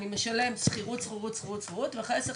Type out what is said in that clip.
אני משלם שכירות למשך כמה שנים ואחרי 10 או